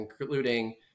including